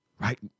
right